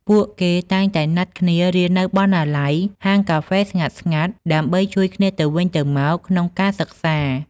ពួកគេតែងតែណាត់គ្នារៀននៅបណ្ណាល័យ ហាងកាហ្វេស្ងាត់ៗ ដើម្បីជួយគ្នាទៅវិញទៅមកក្នុងការសិក្សា។